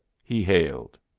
he hailed.